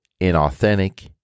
inauthentic